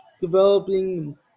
developing